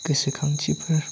गोसोखांथिफोर